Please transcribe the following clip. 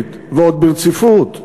השלישית ועוד ברציפות.